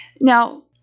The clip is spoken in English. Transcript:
Now